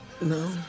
No